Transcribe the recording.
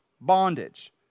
bondage